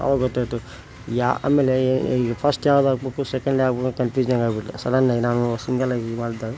ಆವಾಗ ಗೊತ್ತಾಯಿತು ಯಾ ಆಮೇಲೆ ಫಸ್ಟ್ ಯಾವ್ದು ಹಾಕ್ಬೇಕು ಸೆಕೆಂಡ್ ಯಾವ್ದು ಕನ್ಫ್ಯೂಷನ್ ಆಗ್ಬಿಟ್ಟು ಸಡನ್ನಾಗಿ ನಾವು ಸಿಂಗಲ್ಲಾಗಿ ಮಾಡಿದಾಗ